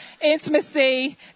intimacy